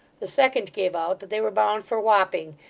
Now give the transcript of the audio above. the second gave out that they were bound for wapping,